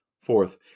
Fourth